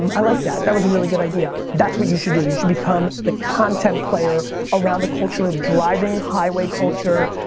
um i like that. that was a really good idea. that's what you should do. you should become the content player around the culture of driving, highway culture,